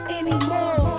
anymore